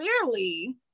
clearly